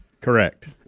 Correct